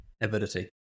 avidity